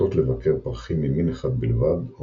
נוטות לבקר פרחים ממין אחד בלבד או